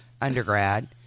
undergrad